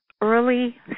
early